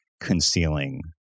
concealing